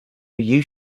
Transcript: you